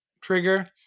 trigger